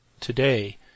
Today